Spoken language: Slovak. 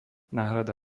náhrada